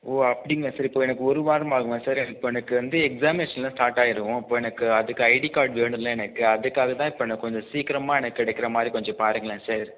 ஓ அப்படிங்களா சார் இப்போ எனக்கு ஒரு வாரமாகுமா சார் எனக்கு இப்போ எனக்கு வந்து எக்ஸாமினேஷன்லாம் ஸ்டார்ட்டாகிவிடும் அப்போ எனக்கு அதுக்கு ஐடி கார்டு வேணும் எனக்கு அதுக்காகத்தான் இப்போ நான் கொஞ்சம் சீக்கரமாக எனக்கு கிடைக்கிற மாதிரி கொஞ்சம் பாருங்களேன் சார்